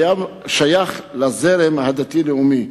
השייך לזרם הדתי-לאומי,